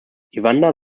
evander